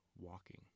walking